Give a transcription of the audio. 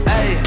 Hey